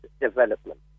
development